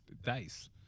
dice